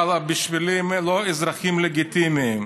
אבל בשבילי הם לא אזרחים לגיטימיים.